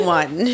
one